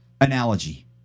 analogy